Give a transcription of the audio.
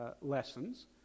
lessons